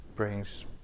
brings